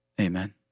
Amen